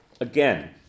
Again